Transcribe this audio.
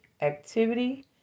activity